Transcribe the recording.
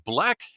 Black